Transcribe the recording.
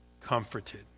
comforted